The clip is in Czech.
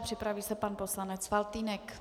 Připraví se pan poslanec Faltýnek.